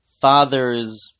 father's